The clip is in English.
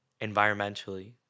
environmentally